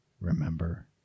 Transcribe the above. remember